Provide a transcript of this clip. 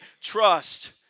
Trust